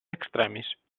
extremis